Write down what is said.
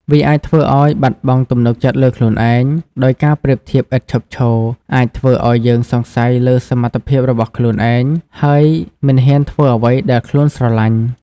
វាអាចធ្វើឲ្យបាត់បង់ទំនុកចិត្តលើខ្លួនឯង ដោយការប្រៀបធៀបឥតឈប់ឈរអាចធ្វើឲ្យយើងសង្ស័យលើសមត្ថភាពរបស់ខ្លួនឯង ហើយមិនហ៊ានធ្វើអ្វីដែលខ្លួនស្រឡាញ់។